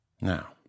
Now